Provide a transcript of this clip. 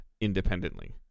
independently